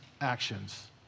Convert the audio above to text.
actions